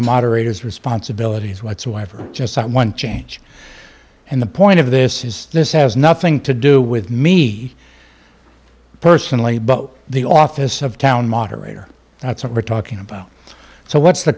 the moderators responsibilities whatsoever just one change and the point of this is this has nothing to do with me personally but the office of town moderator that's what we're talking about so what's the